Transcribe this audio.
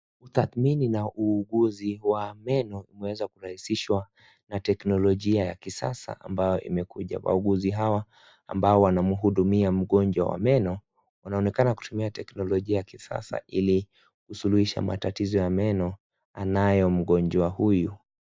Thatmini na uuguzi wa meno yameweza kurahisishwa na teknolojia ya kisasa ambao imekuja wauguzi hawa ambao wanamuhudumia mgonjwa wa meno wanaonekana kutumia teknolojia ya kisasa ili kusuluhisha matatizo ya meno anayo mgonjwa huyu.